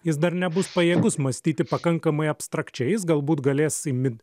jis dar nebus pajėgus mąstyti pakankamai abstrakčiais galbūt galės įmi